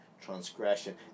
transgression